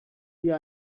wir